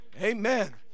Amen